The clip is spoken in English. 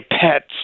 pets